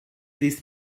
this